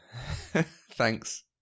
Thanks